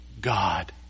God